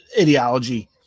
ideology